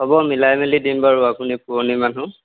হ'ব মিলাই মেলি দিম বাৰু আপুনি পুৰণি মানুহ